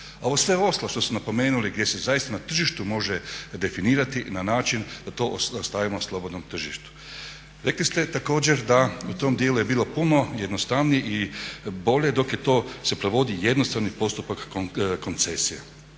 ovo sve ostalo što ste napomenuli gdje se zaista na tržištu može definirati na način da to ostavimo slobodnom tržištu. Rekli ste također da u tom djelu je bilo puno jednostavnije i bolje dok se provodi jednostrani postupak koncesije.